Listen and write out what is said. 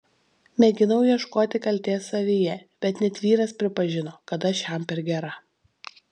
mėginau ieškoti kaltės savyje bet net vyras pripažino kad aš jam per gera